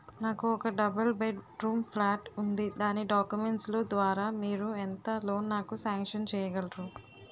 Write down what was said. నాకు ఒక double bedroom flat ఉంది దాని డాక్యుమెంట్స్ లు ద్వారా మీరు ఎంత లోన్ నాకు సాంక్షన్ చేయగలరు?